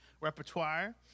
repertoire